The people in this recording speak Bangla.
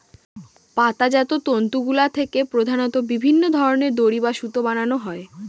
পাতাজাত তন্তুগুলা থেকে প্রধানত বিভিন্ন ধরনের দড়ি বা সুতা বানানো হয়